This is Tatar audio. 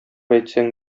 әйтсәң